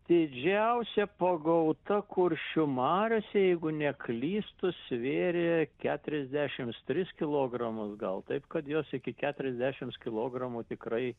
didžiausia pagauta kuršių mariose jeigu neklystu svėrė keturiasdešims tris kilogramus gal taip kad jos iki keturiasdešims kilogramų tikrai